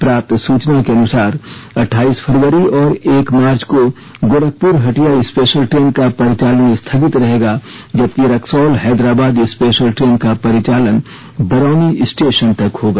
प्राप्त सूचना के अनुसार अठाईस फरवरी और एक मार्च को गोरखपुर हटिया स्पेशल ट्रेन का परिचालन स्थगित रहेगा जबकि रक्सौल हैदराबाद स्पेशल ट्रेन का परिचालन बरौनी स्टेशन तक होगा